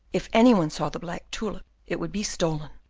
if any one saw the black tulip, it would be stolen.